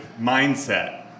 mindset